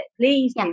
please